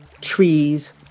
trees